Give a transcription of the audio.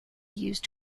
used